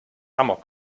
amok